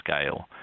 scale